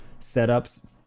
setups